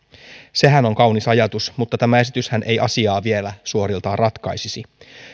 sehän on kaunis ajatus mutta tämä esityshän ei asiaa vielä suoriltaan ratkaisisi